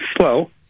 slow